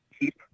keep